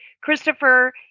Christopher